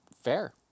fair